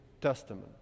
Testament